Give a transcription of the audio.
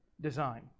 design